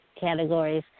categories